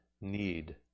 need